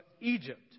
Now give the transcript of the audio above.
Egypt